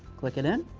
click it in.